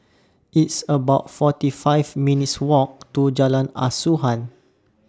It's about forty five minutes' Walk to Jalan Asuhan